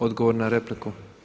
Odgovor na repliku.